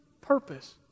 purpose